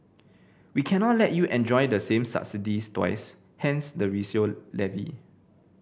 we cannot let you enjoy the same subsidies twice hence the resale levy